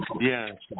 Yes